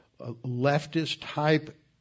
leftist-type